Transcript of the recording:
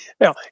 Now